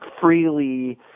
freely